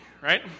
right